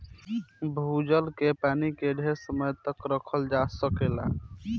भूजल के पानी के ढेर समय तक रखल जा सकेला